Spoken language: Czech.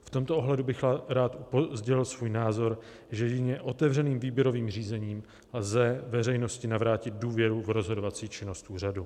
V tomto ohledu bych rád sdělil svůj názor, že jedině otevřeným výběrovým řízením lze veřejnosti navrátit důvěru v rozhodovací činnost úřadu.